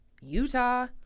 Utah